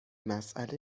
مسئله